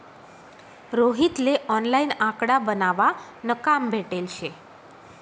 रोहित ले ऑनलाईन आकडा बनावा न काम भेटेल शे